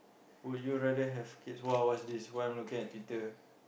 would you rather have kids !wow! what's this why am I looking at Twitter